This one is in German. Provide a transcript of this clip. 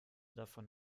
davon